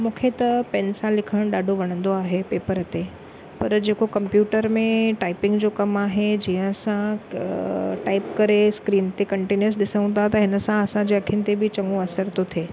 मूंखे त पेन सां लिखणु ॾाढो वणंदो आहे पेपर ते पर जेको कंप्युटर में टाइपिंग जो कमु आहे जीअं असां टाइप करे स्क्रीन ते कंटीन्यूअस ॾिसूं था त हिन सां असांजे अखियुनि ते बि चङो असर थो थिए